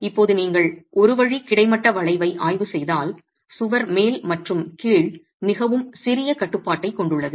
இப்போது நீங்கள் ஒரு வழி கிடைமட்ட வளைவை ஆய்வு செய்தால் சுவர் மேல் மற்றும் கீழ் மிகவும் சிறிய கட்டுப்பாட்டைக் கொண்டுள்ளது